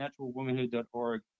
naturalwomanhood.org